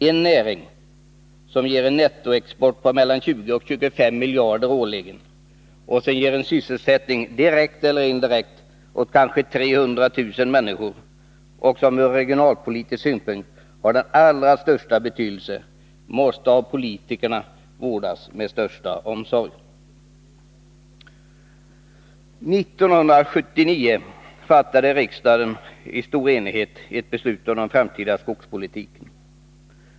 En näring som ger en nettoexport på mellan 20 och 25 miljarder årligen, som ger sysselsättning direkt eller indirekt åt kanske 300 000 människor och som ur regionalpolitisk synpunkt har den allra största betydelse måste av politikerna vårdas med största omsorg. År 1979 fattade riksdagen i stor enighet ett beslut om den framtida skogspolitiken.